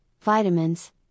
vitamins